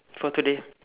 for today